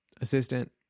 assistant